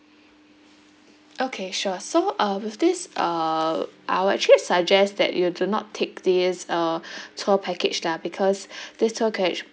okay sure so uh with this uh I would actually suggest that you do not take this uh tour package lah because this tour package